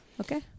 Okay